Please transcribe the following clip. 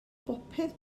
bopeth